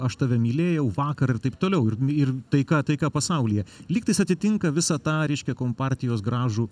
aš tave mylėjau vakar ir taip toliau ir ir taika taika pasaulyje lygtais atitinka visą tą reiškia kompartijos gražų